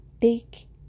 take